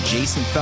Jason